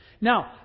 Now